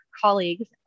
colleagues